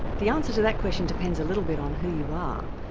the answer to that question depends a little bit on who you are.